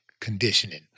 conditioning